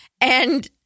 and-